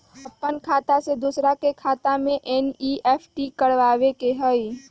अपन खाते से दूसरा के खाता में एन.ई.एफ.टी करवावे के हई?